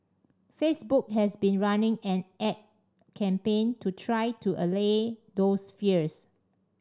Facebook has been running an ad campaign to try to allay those fears